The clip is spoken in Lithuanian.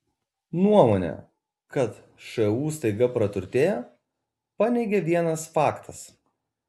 nuomonę kad šu staiga praturtėjo paneigė vienas faktas